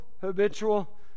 habitual